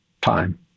time